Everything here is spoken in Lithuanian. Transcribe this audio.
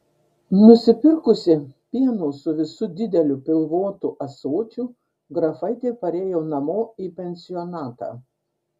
nusipirkusi pieno su visu dideliu pilvotu ąsočiu grafaitė parėjo namo į pensionatą